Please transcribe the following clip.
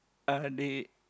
uh they